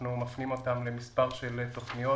אנחנו מפנים אותם למספר של תוכניות,